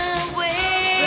away